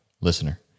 listener